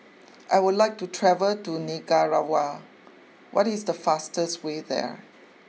I would like to travel to Nicaragua what is the fastest way there